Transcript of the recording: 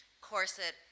corset